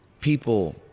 people